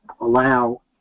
allow